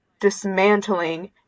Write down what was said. dismantling